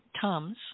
Tums